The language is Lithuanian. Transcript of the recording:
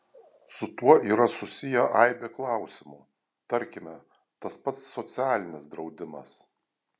su tuo yra susiję aibė klausimų tarkime tas pats socialinis draudimas